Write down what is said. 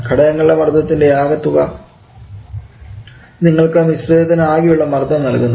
ഘടകങ്ങളുടെ മർദ്ദത്തിൻറെ ആകെത്തുക നിങ്ങൾക്ക് മിശ്രിതത്തിന് ആകെയുള്ള മർദ്ദം നൽകുന്നു